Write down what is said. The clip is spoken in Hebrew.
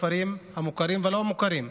בכפרים המוכרים והלא-מוכרים.